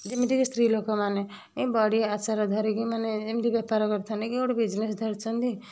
ଯେମିତିକି ସ୍ତ୍ରୀଲୋକମାନେ ଏ ବଡ଼ି ଆଚାର ଧରିକି ମାନେ ଯେମିତିକି ବେପାର କରିଥାନ୍ତି କି ଗୋଟେ ବିଜନେସ ଧରିଛନ୍ତି